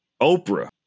Oprah